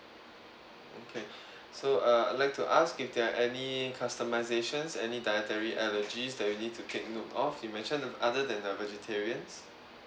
okay so uh I'd like to ask if there are any customisations any dietary allergies that we need to take note of you mentioned other than the vegetarians